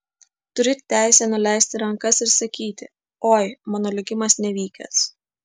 turi teisę nuleisti rankas ir sakyti oi mano likimas nevykęs